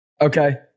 Okay